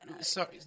Sorry